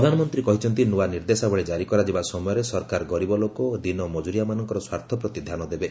ପ୍ରଧାନମନ୍ତ୍ରୀ କହିଛନ୍ତି ନୂଆ ନିର୍ଦ୍ଦେଶାବଳୀ ଜାରି କରାଯିବା ସମୟରେ ସରକାର ଗରିବ ଲୋକ ଓ ଦିନମଜୁରିଆମାନଙ୍କର ସ୍ୱାର୍ଥ ପ୍ରତି ଧ୍ୟାନ ଦେବେ